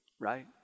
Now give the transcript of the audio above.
right